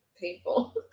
painful